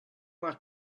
that